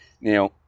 Now